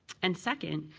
and second,